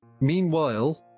Meanwhile